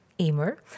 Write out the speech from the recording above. Emer